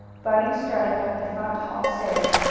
bunny started up the front hall stairs,